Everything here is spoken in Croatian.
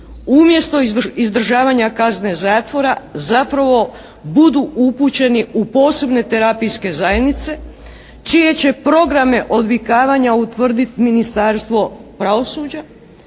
umjesto izdržavanja kazne zatvora zapravo budu upućeni u posebne terapijske zajednice čije će programe odvikavanja utvrditi Ministarstvo pravosuđa,